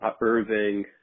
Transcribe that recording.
Irving